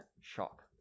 Shock